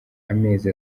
amezi